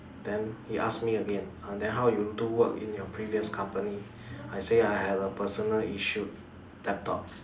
then he ask me again !huh! then how you do work in your previous company I say I had a personal issued laptop